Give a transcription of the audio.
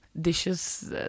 dishes